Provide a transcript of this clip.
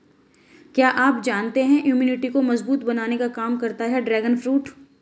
क्या आप जानते है इम्यूनिटी को मजबूत बनाने का काम करता है ड्रैगन फ्रूट?